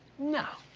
no.